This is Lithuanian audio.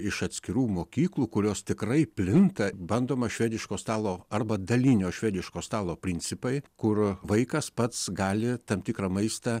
iš atskirų mokyklų kurios tikrai plinta bandoma švediško stalo arba dalinio švediško stalo principai kur vaikas pats gali tam tikrą maistą